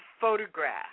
photograph